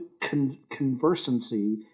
conversancy